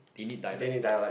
they need dialect